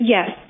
Yes